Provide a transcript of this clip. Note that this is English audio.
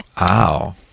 Wow